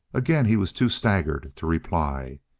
again he was too staggered to reply.